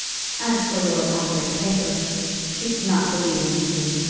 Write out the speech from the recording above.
as for lord ongar's papers, she did not believe in the plea.